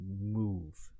move